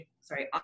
sorry